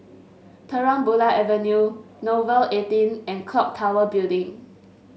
Terang Bulan Avenue Nouvel eighteen and clock Tower Building